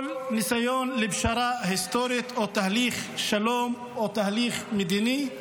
ניסיון לפשרה היסטורית או תהליך שלום או תהליך מדיני.